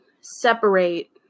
separate